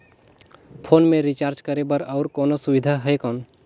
Phone मे recharge करे बर और कोनो सुविधा है कौन?